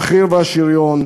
החי"ר והשריון,